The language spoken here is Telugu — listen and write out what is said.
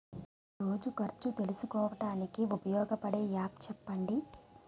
రోజు ఖర్చు తెలుసుకోవడానికి ఉపయోగపడే యాప్ చెప్పండీ?